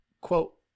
quote